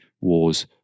wars